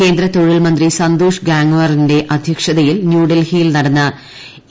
കേന്ദ്ര തൊഴിൽ മന്ത്രി സന്തോഷ് ഗാങാറിന്റെ അധ്യക്ഷതയിൽ ന്യൂഡൽഹിയിൽ നടന്ന ഇ